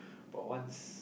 but once